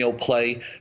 play